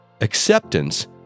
Acceptance